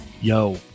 yo